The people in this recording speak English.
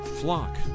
flock